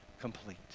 complete